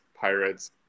Pirates